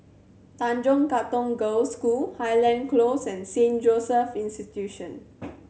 Tanjong Katong Girls School Highland Close and Saint Joseph's Institution